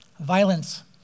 violence